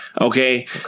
Okay